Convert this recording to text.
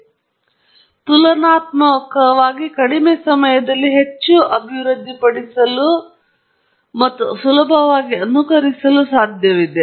ಆದ್ದರಿಂದ ತುಲನಾತ್ಮಕವಾಗಿ ಕಡಿಮೆ ಸಮಯದಲ್ಲಿ ಹೆಚ್ಚು ಅಭಿವೃದ್ಧಿಪಡಿಸಲು ಮತ್ತು ಸುಲಭವಾಗಿ ಅನುಕರಿಸಲು ಸಾಧ್ಯವಿದೆ